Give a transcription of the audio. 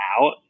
out